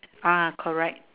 ah correct